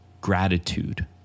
gratitude